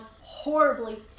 horribly